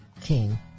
king